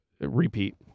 repeat